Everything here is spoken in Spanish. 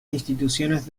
instituciones